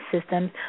system